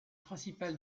principale